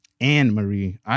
Anne-Marie